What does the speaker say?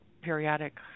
periodic